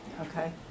okay